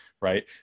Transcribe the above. Right